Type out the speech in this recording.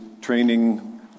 training